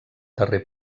darrer